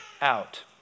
out